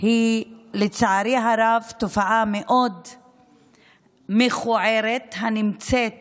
היא תופעה מאוד מכוערת הנמצאת